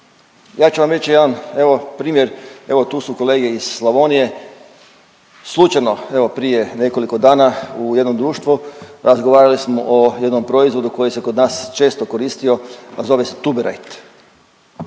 Ja ću vam reći jedan evo primjer, evo tu su kolege iz Slavonije, slučajno evo prije nekoliko dana u jednom društvu razgovarali smo o jednom proizvodu koji se kod nas često koristio, a zove se Tuberite.